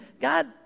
God